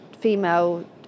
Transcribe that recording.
female